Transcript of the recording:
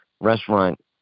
restaurant